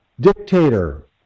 dictator